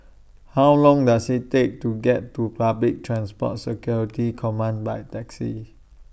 How Long Does IT Take to get to Public Transport Security Command By Taxi